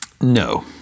No